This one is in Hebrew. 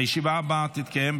הישיבה הבאה תתקיים,